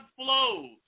flows